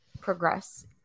progress